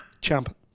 Champ